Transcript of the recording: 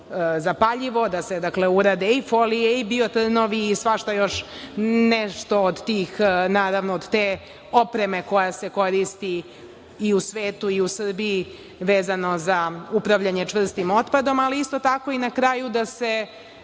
zapaljivo. Da se, dakle, urade i folije i biotrnovi i svašta još nešto od te opreme koja se koristi i u svetu i u Srbiji vezano za upravljanje čvrstim otpadom, ali isto tako i na kraju da se